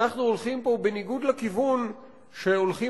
אנחנו הולכים פה בניגוד לכיוון שהולכים